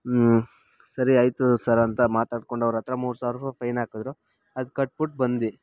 ಸರಿ ಆಯಿತು ಸರ್ ಅಂತ ಮಾತಾಡ್ಕೊಂಡು ಅವ್ರ ಹತ್ರ ಮೂರು ಸಾವಿರ್ರೂಪಾಯಿ ಫೈನ್ ಹಾಕಿದ್ರು ಅದು ಕಟ್ಬಿಟ್ಟು ಬಂದ್ವಿ